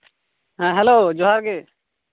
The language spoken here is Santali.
ᱦᱮᱸ ᱦᱮᱞᱳ ᱡᱚᱦᱟᱨ ᱜᱮ